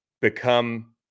become